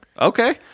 okay